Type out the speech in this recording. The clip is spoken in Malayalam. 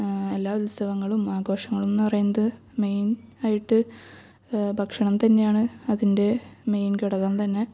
എല്ലാ ഉത്സവങ്ങളും ആഘോഷങ്ങളും എന്ന് പറയുന്നത് മെയിൻ ആയിട്ട് ഭക്ഷണം തന്നെയാണ് അതിൻ്റെ മെയിൻ ഘടകം തന്നെ